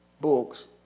books